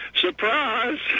Surprise